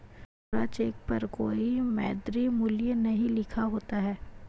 कोरा cheque पर कोई मौद्रिक मूल्य नहीं लिखा होता है